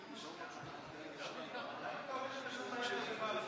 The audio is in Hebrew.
אתה רוצה לשתף אותנו?